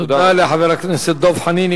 תודה לחבר הכנסת דב חנין.